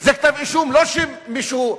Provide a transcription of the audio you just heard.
זה כתב-אישום, לא שמישהו,